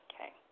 Okay